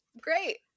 great